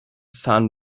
sun